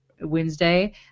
Wednesday